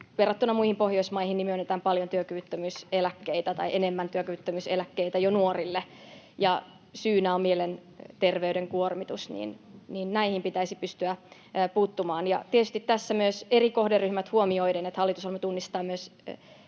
verrattuna muihin Pohjoismaihin, myönnetään enemmän työkyvyttömyyseläkkeitä jo nuorille, ja syynä on mielenterveyden kuormitus. Näihin pitäisi pystyä puuttumaan, tietysti myös eri kohderyhmät huomioiden. Hallitusohjelma tunnistaa myös